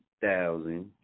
Thousand